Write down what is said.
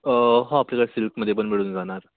हो आपल्याला सिल्कमध्ये पण मिळून जाणार